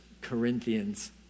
Corinthians